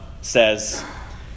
says